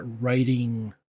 writing